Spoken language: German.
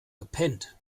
gepennt